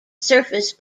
surface